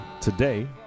today